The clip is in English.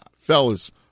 Fellas